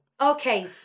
okay